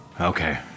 Okay